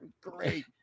great